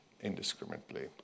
indiscriminately